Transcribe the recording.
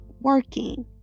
working